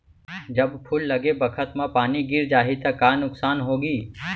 जब फूल लगे बखत म पानी गिर जाही त का नुकसान होगी?